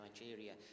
Nigeria